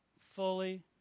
fully